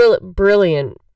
Brilliant